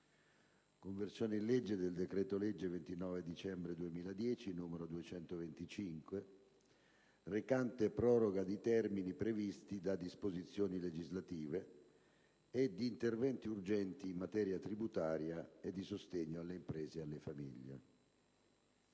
«Conversione in legge del decreto-legge 29 dicembre 2010, n. 225, recante proroga di termini previsti da disposizioni legislative e di interventi urgenti in materia tributaria e di sostegno alle imprese e alle famiglie».